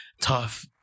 tough